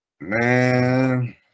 Man